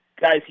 guys